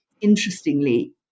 interestingly